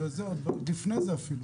אבל זה עוד לפני זה אפילו.